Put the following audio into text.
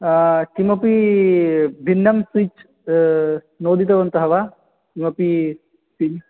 किमपि बिन्नं स्विच् नोदितवन्तः वा किमपि पिन्